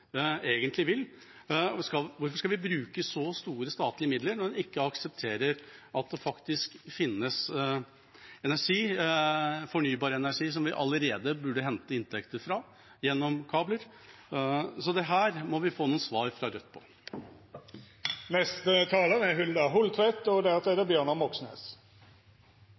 egentlig vil. Hvorfor skal vi bruke så store statlige midler når en ikke aksepterer at det finnes fornybar energi som vi allerede burde hente inntekter fra, gjennom kabler? Dette må vi få noen svar på fra Rødt. Verden må halvere utslippene i løpet av de neste ti årene hvis vi skal unngå de verste klimaendringene. Skal vi få til det,